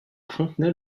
fontenay